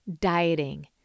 dieting